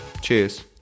Cheers